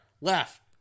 Left